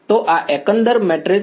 તો આ એકંદર મેટ્રિક્સ નું કદ શું છે